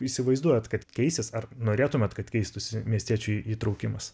įsivaizduojat kad keisis ar norėtumėt kad keistųsi miestiečių į įtraukimas